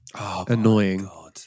annoying